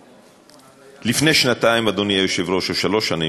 לפני שנתיים או שלוש שנים,